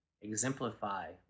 exemplify